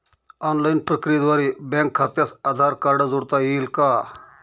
Online प्रक्रियेद्वारे bank खात्यास Aadhaar card जोडता येईल का?